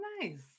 nice